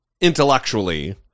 intellectually